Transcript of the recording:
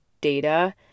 data